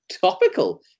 Topical